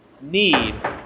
need